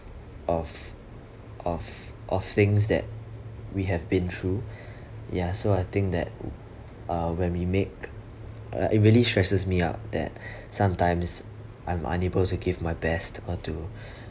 of of of things that we have been through ya so I think that uh when we make uh it really stresses me out that sometimes I'm unable to give my best or to